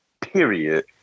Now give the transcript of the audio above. Period